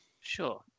Sure